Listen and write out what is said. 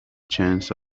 chance